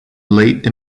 late